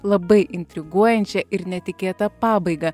labai intriguojančia ir netikėta pabaiga